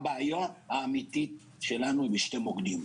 הבעיה האמיתית שלנו היא בשני מוקדים,